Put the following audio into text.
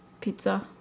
pizza